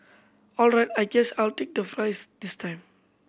all right I guess I'll take the fries this time